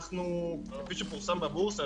כפי שפורסם בבורסה,